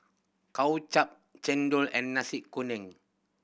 Kway Chap chendol and Nasi Kuning